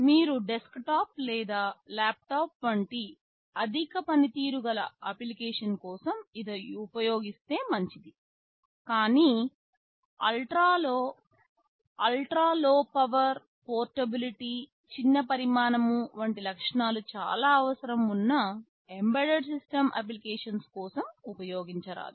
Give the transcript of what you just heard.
మీరు డెస్క్టాప్ లేదా ల్యాప్టాప్ వంటి అధిక పనితీరు గల అప్లికేషన్ కోసం ఇది ఉపయోగిస్తే మంచిది కానీ అల్ట్రా లో పవర్ పోర్టబిలిటీ చిన్న పరిమాణం వంటి లక్షణాలు చాలా అవసరం ఉన్న ఎంబెడెడ్ సిస్టమ్ అప్లికేషన్స్ కోసం ఉపయోగించరాదు